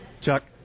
Chuck